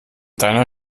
deiner